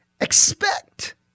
Expect